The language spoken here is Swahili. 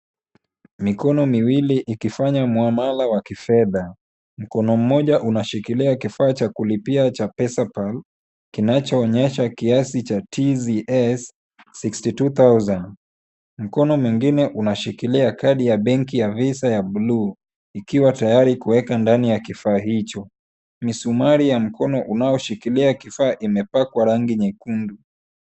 Mikono miwili ikifanya mhamala wa kifedha. Mkono mmoja unashikilia kifaa cha kulipia cha Pesapal kinachoonyesha kiasi cha TZS [sixty two thousand . Mkono mwingine unashikilia kadi ya benki ya visa ya bluu ikiwa tayari kuweka ndani ya kifaa hicho. Misumari ya mkono unaoshikilia kifaa imepakwa rangi nyekundu.